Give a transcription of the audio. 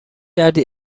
کردی